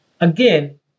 Again